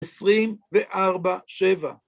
עשרים וארבע, שבע.